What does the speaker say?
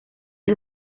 you